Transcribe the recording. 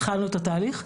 התחלנו את התהליך.